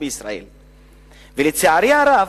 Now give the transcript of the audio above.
לצערי הרב.